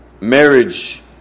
Marriage